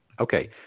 Okay